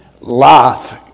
Life